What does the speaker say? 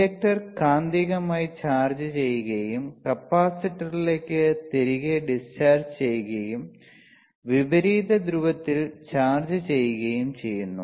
inductor കാന്തികമായി charge ചെയ്യുകയും കപ്പാസിറ്ററിലേക്ക് തിരികെ ഡിസ്ചാർജ് ചെയ്യുകയും വിപരീത ധ്രുവത്തിൽ ചാർജ് ചെയ്യുകയും ചെയ്യുന്നു